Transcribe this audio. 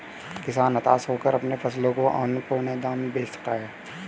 किसान हताश होकर अपने फसलों को औने पोने दाम में बेचता है